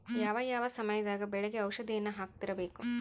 ಯಾವ ಯಾವ ಸಮಯದಾಗ ಬೆಳೆಗೆ ಔಷಧಿಯನ್ನು ಹಾಕ್ತಿರಬೇಕು?